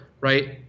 right